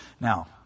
Now